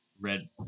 red